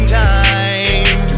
time